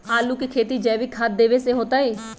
आलु के खेती जैविक खाध देवे से होतई?